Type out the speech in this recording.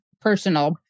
personal